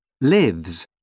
lives